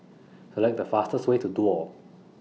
Select The fastest Way to Duo